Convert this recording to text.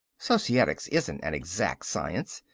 societics isn't an exact science.